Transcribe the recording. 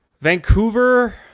Vancouver